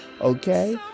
Okay